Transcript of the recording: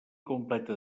completa